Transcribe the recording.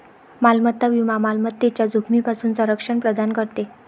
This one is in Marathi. मालमत्ता विमा मालमत्तेच्या जोखमीपासून संरक्षण प्रदान करते